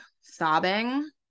sobbing